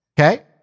Okay